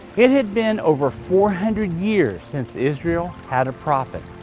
it had been over four hundred years since israel had a prophet.